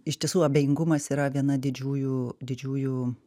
iš tiesų abejingumas yra viena didžiųjų didžiųjų